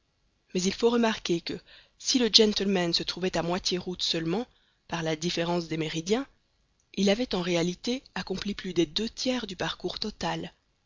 mais il faut remarquer que si le gentleman se trouvait à moitié route seulement par la différence des méridiens il avait en réalité accompli plus des deux tiers du parcours total